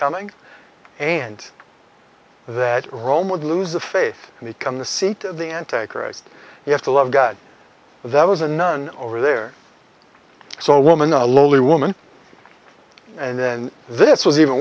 coming and that rome of lose the faith and become the seat of the antichrist you have to love god that was a nun over there so woman a lowly woman and then this was even